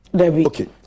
Okay